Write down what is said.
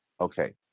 Okay